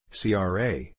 CRA